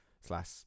slash